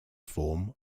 form